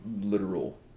literal